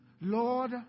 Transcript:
Lord